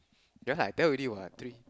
ya I tell already what three